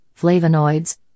flavonoids